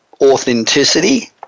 authenticity